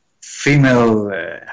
female